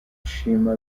ushima